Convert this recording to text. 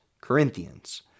Corinthians